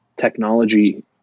technology